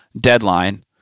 deadline